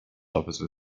officer